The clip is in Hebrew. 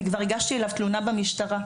אני כבר הגשתי אליו תלונה במשטרה.